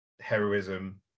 heroism